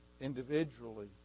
individually